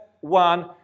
one